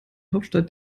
hauptstadt